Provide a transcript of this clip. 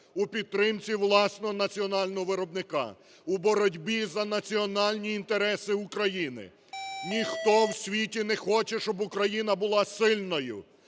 у підтримці власного національного виробника, у боротьбі за національні інтереси України. Ніхто в світі не хоче, щоб Україна була сильною.